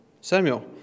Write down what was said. Samuel